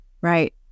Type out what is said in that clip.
Right